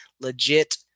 legit